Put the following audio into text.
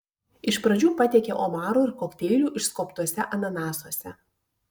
iš pradžių patiekė omarų ir kokteilių išskobtuose ananasuose